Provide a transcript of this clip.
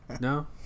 no